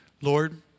Lord